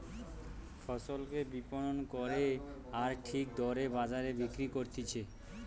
ফসলকে বিপণন করে আর ঠিক দরে বাজারে বিক্রি করতিছে